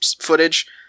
footage